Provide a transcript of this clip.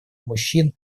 мужчин